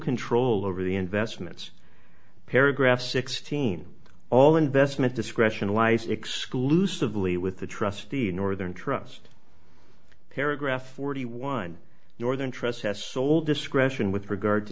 control over the investments paragraph sixteen all investment discretion lies exclusively with the trustee northern trust paragraph forty one northern trust has sole discretion with regard to